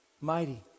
mighty